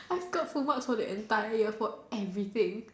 I scored full marks the entire year for everything